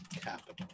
capital